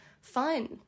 fun